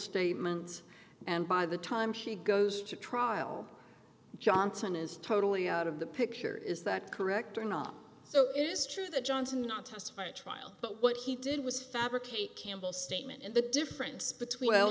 statements and by the time she goes to trial johnson is totally out of the picture is that correct or not so it is true that johnson not testify at trial but what he did was fabricate campbell statement and the difference between well